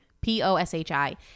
P-O-S-H-I